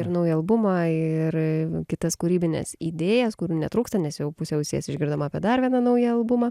ir naują albumą ir kitas kūrybines idėjas kurių netrūksta nes jau pusę ausies išgirdom apie dar vieną naują albumą